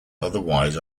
otherwise